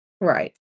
Right